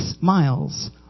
miles